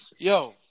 Yo